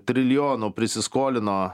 trilijonų prisiskolino